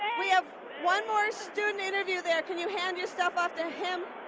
we have one more student interview, there. can you hand yourself off to him?